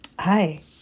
Hi